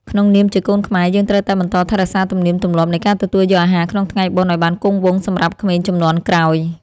ក្នុងនាមជាកូនខ្មែរយើងត្រូវតែបន្តថែរក្សាទំនៀមទម្លាប់នៃការទទួលយកអាហារក្នុងថ្ងៃបុណ្យឱ្យបានគង់វង្សសម្រាប់ក្មេងជំនាន់ក្រោយ។